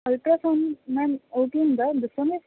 ultrasound ma'am ਉਹ ਕੀ ਹੁੰਦਾ ਦੱਸੋੋਗੇ